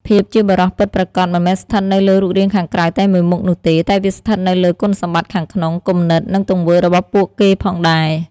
ភាពជាបុរសពិតប្រាកដមិនមែនស្ថិតនៅលើរូបរាងខាងក្រៅតែមួយមុខនោះទេ តែវាស្ថិតនៅលើគុណសម្បត្តិខាងក្នុង គំនិត និងទង្វើរបស់ពួកគេផងដែរ។